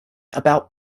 about